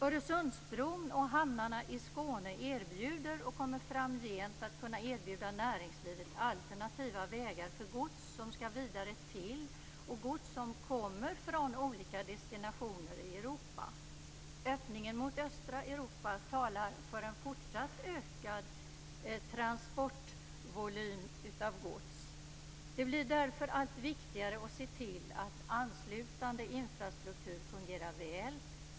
Öresundsbron och hamnarna i Skåne erbjuder och kommer framgent att kunna erbjuda näringslivet alternativa vägar för gods som skall vidare till och gods som kommer från olika destinationer i Europa. Öppningen mot östra Europa talar för en fortsatt ökad transportvolym av gods. Det blir därför allt viktigare att se till att anslutande infrastruktur fungerar väl.